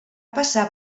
passar